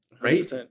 Right